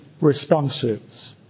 responses